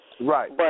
Right